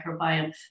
microbiome